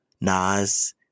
Nas